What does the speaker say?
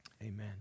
Amen